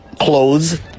clothes